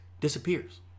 disappears